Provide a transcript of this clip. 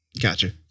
Gotcha